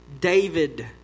David